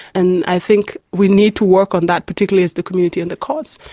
and i think we need to work on that, particularly as the community and the courts,